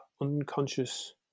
unconscious